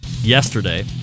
yesterday